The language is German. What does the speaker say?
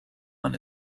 man